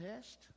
test